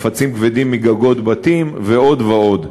חפצים כבדים מגגות בתים ועוד ועוד.